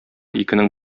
икенең